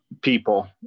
people